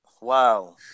Wow